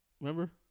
Remember